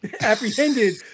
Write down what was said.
apprehended